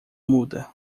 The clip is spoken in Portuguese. muda